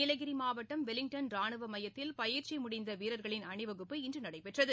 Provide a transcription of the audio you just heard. நீலகிரி மாவட்டம் வெலிங்டன் ரானுவ மையத்தில் பயிற்சி முடிந்த வீரர்களின் அணிவகுப்பு இன்று நடைபெற்றது